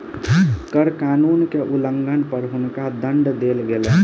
कर कानून के उल्लंघन पर हुनका दंड देल गेलैन